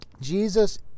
Jesus